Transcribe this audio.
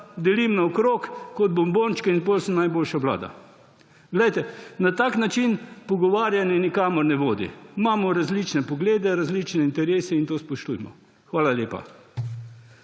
delim naokrog kot bombončke in potem sem najboljša vlada. Glejte, na tak način pogovarjanje nikamor ne vodi. Imamo različne poglede, različne interese. In to spoštujmo. Hvala lepa.